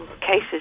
cases